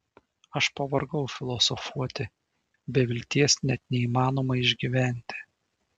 aš pavargau filosofuoti be vilties net neįmanoma išgyventi